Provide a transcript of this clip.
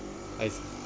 I